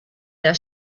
their